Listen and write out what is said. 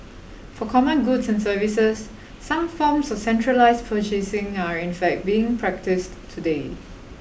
for common goods and services some forms of centralised purchasing are in fact being practised today